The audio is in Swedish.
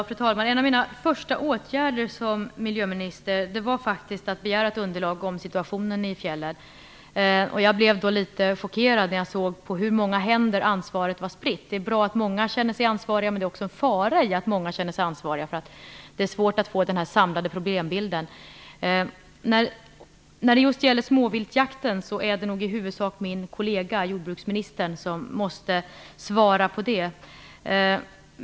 Fru talman! En av mina första åtgärder som miljöminister var faktiskt att begära ett underlag om situationen i fjällen. Jag blev litet chockerad när jag såg hur många händer ansvaret var spritt på. Det är bra att många känner sig ansvariga. Men det är också en fara i att många känner sig ansvariga. Det är ju då svårt att få en samlad problembild. När det gäller just småviltsjakten är det nog i huvudsak min kollega jordbruksministern som måste svara på det.